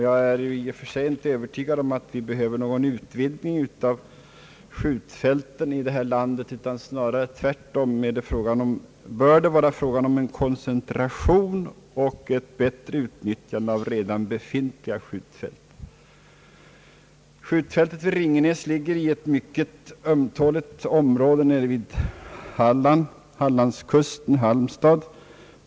Jag är i och för sig inte övertygad om att vi behöver någon utvidgning av skjutfälten i det här landet, utan det bör snarare tvärtom vara fråga om en koncentration och ett bättre utnyttjande av redan befintliga skjutfält. Skjutfältet i Ringenäs ligger i ett mycket ömtåligt område nere på Hallandskusten vid Halmstad.